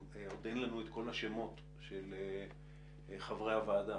עוד אין לנו את כל השמות של חברי הוועדה.